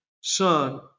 son